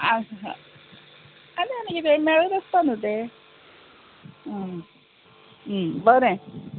आनी आनी कितें मेळूत आसता न्हू ते बरें